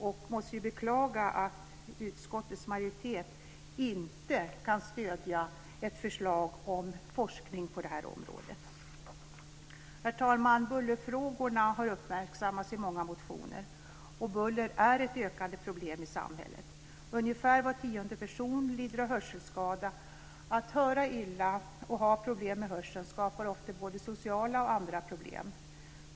Jag måste beklaga att utskottets majoritet inte kan stödja ett förslag om forskning på detta område. Herr talman! Bullerfrågorna har uppmärksammats i många motioner. Buller är ett ökande problem i samhället. Ungefär var tionde person lider av hörselskada. Att höra illa och ha problem med hörseln skapar ofta både sociala och andra problem.